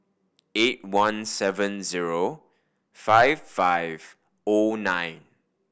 eight one seven zero five five O nine